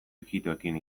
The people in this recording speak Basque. ijitoekin